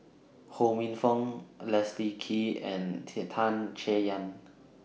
Ho Minfong Leslie Kee and Tan Chay Yan